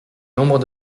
nombre